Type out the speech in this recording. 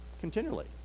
continually